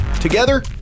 Together